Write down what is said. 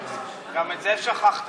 גם את זה שכחתם.